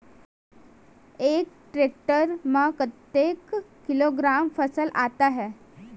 एक टेक्टर में कतेक किलोग्राम फसल आता है?